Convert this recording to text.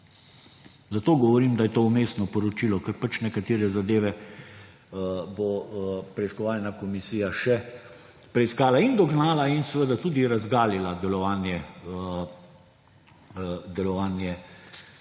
Zato govorim, da je to vmesno poročilo, ker pač nekatere zadeve bo preiskovalna komisija preiskala in dognala in seveda tudi razgalila delovanje